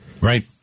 Right